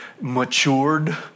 matured